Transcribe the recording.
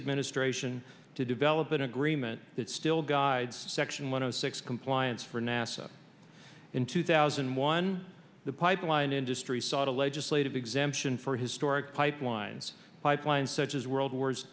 administration to develop an agreement that still guides section one zero six compliance for nasa in two thousand and one the pipeline industry sought a legislative exemption for historic pipelines pipeline such as world wars